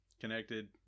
connected